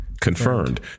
Confirmed